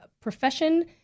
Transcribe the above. profession